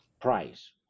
price